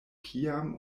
kiam